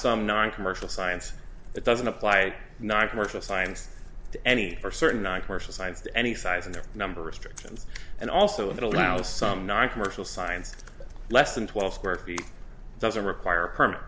some noncommercial science that doesn't apply noncommercial science to any for certain noncommercial science to any size and number restrictions and also it allows some noncommercial science less than twelve square feet doesn't require a perm